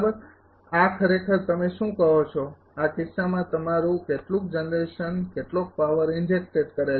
તેથી તેથી આ ખરેખર તમે શું કહો છો આ કિસ્સામાં તમારુ કેટલુક જનરેશન કેટલોક પાવર ઈંજેકટેડ કરેલ છે